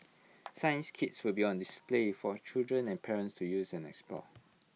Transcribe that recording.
science kits will be on display for children and parents to use and explore